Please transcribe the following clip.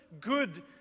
good